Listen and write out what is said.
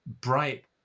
bright